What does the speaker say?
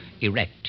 erect